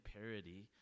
parody